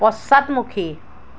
পশ্চাদমুখী